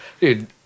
Dude